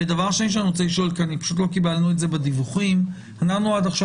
דבר שני שאני רוצה לשאול כי פשוט לא קיבלנו את זה בדיווחים עד עכשיו